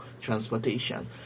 transportation